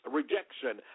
rejection